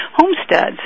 homesteads